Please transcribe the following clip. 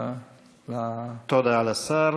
תודה לשר.